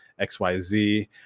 XYZ